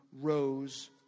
rose